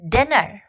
Dinner